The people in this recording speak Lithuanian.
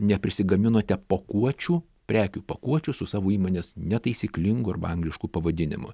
neprisigaminote pakuočių prekių pakuočių su savo įmonės netaisyklingu arba anglišku pavadinimu